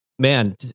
Man